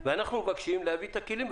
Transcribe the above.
אנחנו מבקשים להביא את הכלים.